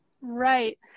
right